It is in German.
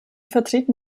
vertreten